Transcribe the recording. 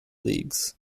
leagues